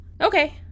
Okay